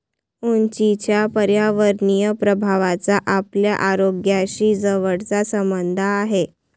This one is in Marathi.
उंचीच्या पर्यावरणीय प्रभावाचा आपल्या आरोग्याशी जवळचा संबंध आहे